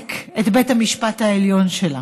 לרסק את בית משפט העליון שלה,